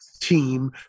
team